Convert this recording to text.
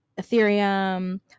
Ethereum